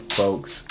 folks